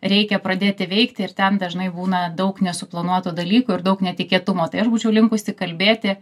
reikia pradėti veikti ir ten dažnai būna daug nesuplanuotų dalykų ir daug netikėtumo tai aš būčiau linkusi kalbėti